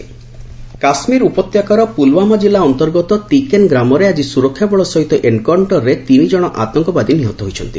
terrorist kill Kashmir ଉପତ୍ୟକାର ପୁଲୁୱାମା ଜିଲ୍ଲା ଅନ୍ତର୍ଗତ ତିକେନ ଗ୍ରାମରେ ଆଜି ସୁରକ୍ଷାବଳ ସହିତ ଏନ୍କାଉଷ୍ଟରରେ ତିନିଜଣ ଆତଙ୍କବାଦୀ ନିହତ ହୋଇଛନ୍ତି